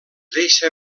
deixa